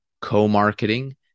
co-marketing